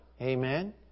Amen